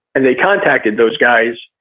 and they contacted those guys,